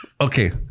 okay